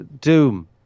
doom